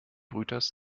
brüters